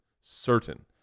certain